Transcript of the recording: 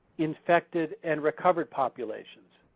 infected, and recovered populations.